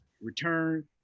return